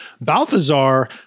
Balthazar –